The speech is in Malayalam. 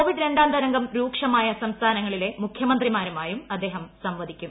കോവിഡ് രണ്ടാം തരംഗം രൂക്ഷമായ സംസ്ഥാനങ്ങളിലെ മുഖ്യമന്ത്രിമാരുമായും അദ്ദേഹം സംവദിക്കും